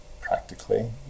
practically